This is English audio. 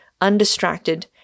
undistracted